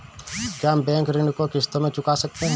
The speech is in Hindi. क्या हम बैंक ऋण को किश्तों में चुका सकते हैं?